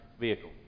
vehicle